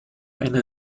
eine